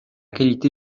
qualité